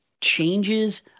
changes